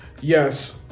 Yes